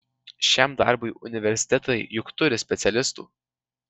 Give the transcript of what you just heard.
šiam darbui universitetai juk turi specialistų